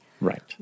right